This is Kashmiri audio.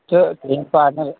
تہٕ ترٛیٚیِم پاٹنر